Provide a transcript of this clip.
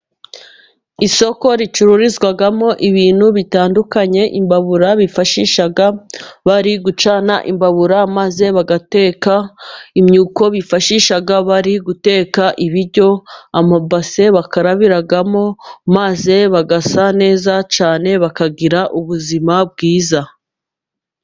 Isoko ricururizwamo ibintu bitandukanye, imbabura bifashisha bari gucana imbabura maze bagateka, imyuko bifashisha bari guteka ibiryo, amabase bakarabiramo maze bagasa neza cyane bakagira ubuzima bwiza.